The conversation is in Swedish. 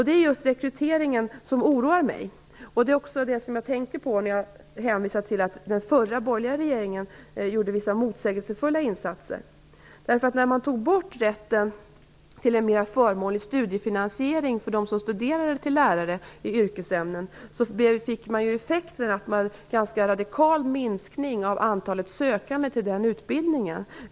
Det är just rekryteringen som oroar mig. Det är också den sak som jag tänker på när jag hänvisar till att den förra regeringen, den borgerliga regeringen, gjorde vissa motsägelsefulla insatser. När man tog bort rätten till en mera förmånlig studiefinansiering för dem som studerar till lärare i yrkesämnen blev nämligen effekten en ganska radikal minskning av antalet sökande till den utbildningen.